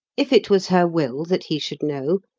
if it was her will that he should know,